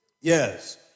Yes